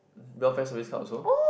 welfare Service Club also